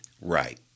Right